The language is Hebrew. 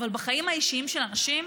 אבל בחיים האישיים של האנשים,